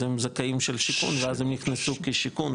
אז הם זכאים ואז הם נכנסו כשיכון,